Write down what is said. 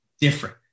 different